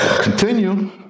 Continue